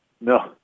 No